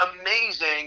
amazing